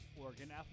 Oregon